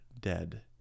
dead